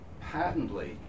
patently